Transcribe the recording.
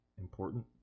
important